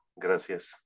Gracias